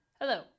Hello